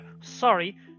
sorry